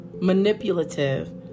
manipulative